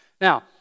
Now